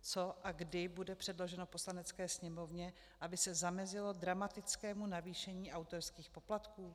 Co a kdy bude předloženo Poslanecké sněmovně, aby se zamezilo dramatickému zamezení autorských poplatků?